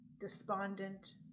despondent